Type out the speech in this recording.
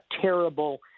terrible